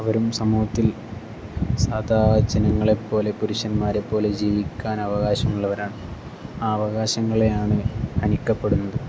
അവരും സമൂഹത്തിൽ സാധാ ജനങ്ങളെ പോലെ പുരുഷന്മാരെ പോലെ ജീവിക്കാൻ അവകാശമുള്ളവരാണ് ആ അവകാശങ്ങളെയാണ് ഹനിക്കപ്പെടുന്നത്